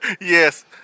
Yes